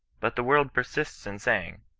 but the world persists in saying,